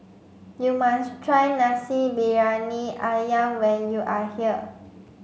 you must try Nasi Briyani Ayam when you are here